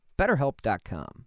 BetterHelp.com